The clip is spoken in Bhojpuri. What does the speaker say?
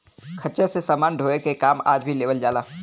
खच्चर से समान ढोवे के काम आज भी लेवल जाला